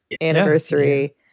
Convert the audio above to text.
Anniversary